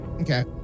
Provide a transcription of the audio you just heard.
Okay